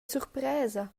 surpresa